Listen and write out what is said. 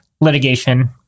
litigation